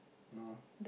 no